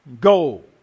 go